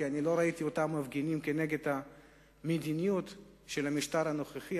כי לא ראיתי אותם מפגינים כנגד המדיניות של המשטר הנוכחי,